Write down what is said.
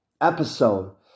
episode